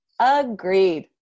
agreed